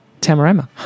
Tamarama